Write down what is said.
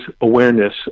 awareness